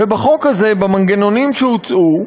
ובחוק הזה, במנגנונים שהוצעו,